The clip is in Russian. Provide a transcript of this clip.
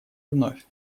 вновь